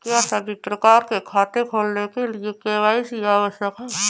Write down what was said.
क्या सभी प्रकार के खाते खोलने के लिए के.वाई.सी आवश्यक है?